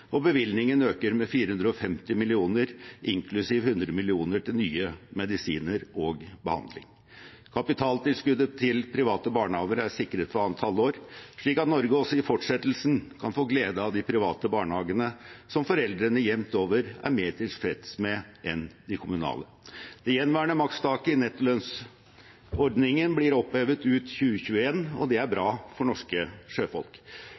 og bevilgningen øker med 450 mill. kr inklusiv 100 mill. kr til nye medisiner og behandling. Kapitaltilskuddet til private barnehager er sikret for annet halvår, slik at Norge også i fortsettelsen kan få glede av de private barnehagene, som foreldre jevnt over er mer tilfreds med enn de kommunale. Det gjenværende makstaket i nettolønnsordningen blir opphevet ut 2021. Det er bra for norske sjøfolk.